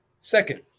Second